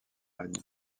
règne